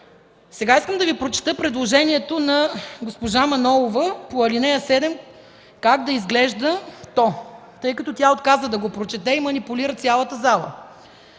Сега искам да Ви прочета предложението на госпожа Манолова по ал. 7 – как да изглежда то, тъй като тя отказа да го прочете и манипулира цялата зала